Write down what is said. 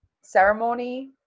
ceremony